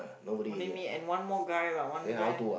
only me and one more guy lah one guy